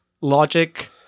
logic